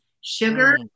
sugar